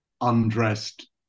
undressed